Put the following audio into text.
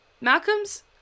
Malcolm's